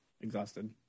exhausted